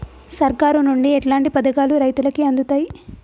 సర్కారు నుండి ఎట్లాంటి పథకాలు రైతులకి అందుతయ్?